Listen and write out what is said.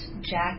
Jack